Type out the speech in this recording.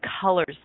colors